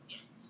Yes